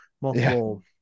multiple